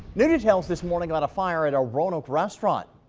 new details this morning on a fire at a roanoke restaurant.